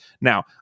Now